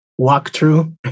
walkthrough